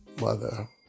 mother